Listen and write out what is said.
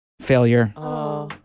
failure